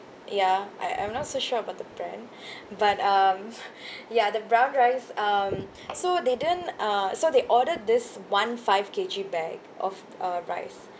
ya I I'm not so sure about the brand but um ya the brown rice um so they didn't uh so they ordered this one five K_G bag of uh rice